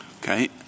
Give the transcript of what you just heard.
Okay